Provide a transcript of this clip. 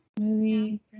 movie